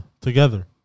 together